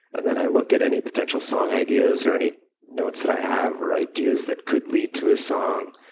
and then i look at any potential song ideas or any notes that i have or ideas that could lead to a song.